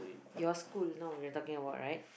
your school now we're talking about right